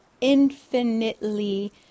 infinitely